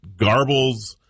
garbles